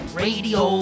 radio